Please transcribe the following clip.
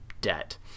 debt